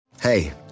Hey